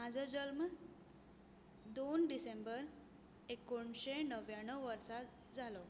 म्हजो जल्म दोन डिसेंबर एकुणशे णव्याण्णव वर्सा जालो